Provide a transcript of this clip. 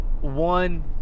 one